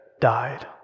died